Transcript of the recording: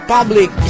Public